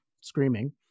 screaming